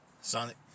Sonic